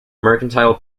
mercantile